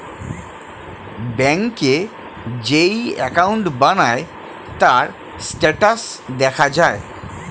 ব্যাংকে যেই অ্যাকাউন্ট বানায়, তার স্ট্যাটাস দেখা যায়